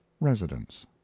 residence